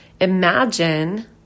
imagine